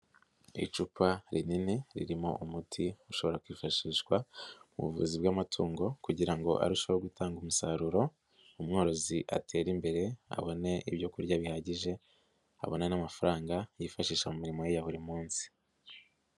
Icupa rinini, ririmo umuti ushobora kwifashishwa mu buvuzi bw'amatungo kugira ngo arusheho gutanga umusaruro, umworozi atere imbere, abone ibyo kurya bihagije, abone n'amafaranga, yifashisha mu mirimo ye ya buri munsi.